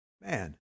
Man